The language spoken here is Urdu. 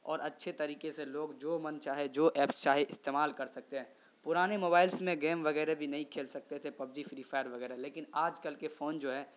اور اچھے طریقے سے لوگ جو من چاہے جو ایپس چاہے استعمال کر سکتے ہیں پرانے موبائلس میں گیم وغیرہ بھی نہیں کھیل سکتے تھے پب جی فری فائر وغیرہ لیکن آج کل کے فون جو ہیں